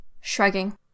shrugging